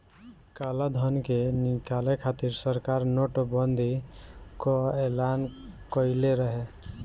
कालाधन के निकाले खातिर सरकार नोट बंदी कअ एलान कईले रहे